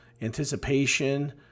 anticipation